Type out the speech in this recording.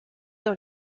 dans